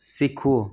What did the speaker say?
શીખવું